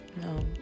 no